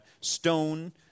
stone